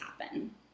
happen